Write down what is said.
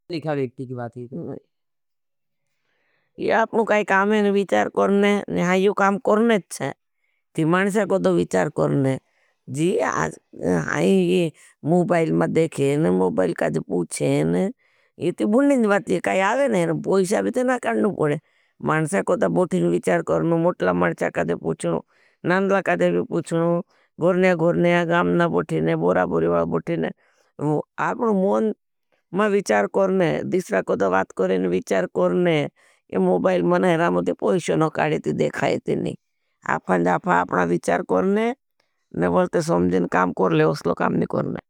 अपनु काई काम है ने विचार करने, ने हाई यो काम करने थे, ती माणशा कोड़ो विचार करने। जी हाई ही मुबाईल में देखे ने, मुबाईल कज़े पूछे ने, ये ती भुणनें ज़वाती, काई आवे ने, ने पोईशा भी ते ना करने पणे। माणशा कोड़ो बोठी ने विचार करने, मुटला माणशा कज़े पूछे नु, नानदला कज़े भी पूछे नु। गोरन्या गोरन्या गामना बोठी ने, बोरा बोरीवाल बोठी ने, अपनु मौन में विचार करन। दिश्रा कोड़ो वात करे ने विचार करने, ये पूछे नो काड़ेती देखायेती नी। अपन जापा अपना विचार करने, ने बोलते समझीन काम कोर ले, उसलों काम नी करने।